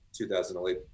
2008